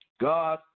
God